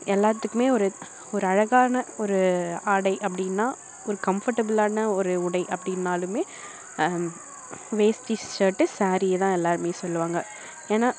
எல்லாத்துக்கும் ஒரு ஒரு அழகான ஒரு ஆடை அப்படின்னா ஒரு கம்ஃபர்டபிளான ஒரு உடை அப்படின்னாலும் வேஷ்டி சர்ட்டு ஸாரீயை தான் எல்லோருமே சொல்வாங்க ஏன்னா